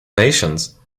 patience